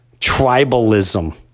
tribalism